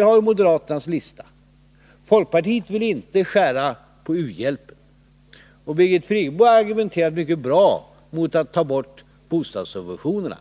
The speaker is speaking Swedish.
har moderaternas lista. Folkpartiet vill inte skära på u-hjälpen, och Birgit Friggebo argumenterade mycket bra mot ett borttagande av bostadssubventionerna.